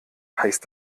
heißt